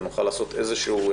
ונוכל לעשות דין